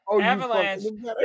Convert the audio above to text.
Avalanche